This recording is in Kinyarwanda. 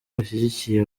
bashyigikiye